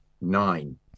Nine